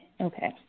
Okay